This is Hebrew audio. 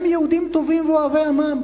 הם יהודים טובים ואוהבי עמם.